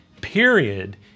period